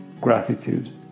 gratitude